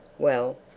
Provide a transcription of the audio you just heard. well,